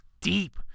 deep